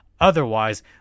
Otherwise